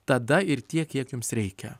tada ir tiek kiek jums reikia